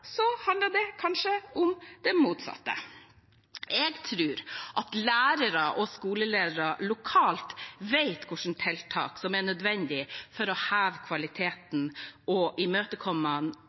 det kanskje om det motsatte. Jeg tror at lærere og skoleledere lokalt vet hvilke tiltak som er nødvendige for å heve kvaliteten og